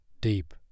deep